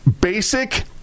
basic